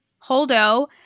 Holdo